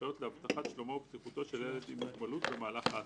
הנחיות להבטחת שלומו ובטיחותו של ילד עם מוגבלות במהלך ההסעה,